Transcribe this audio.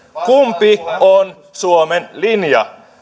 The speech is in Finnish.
kumpi on suomen linja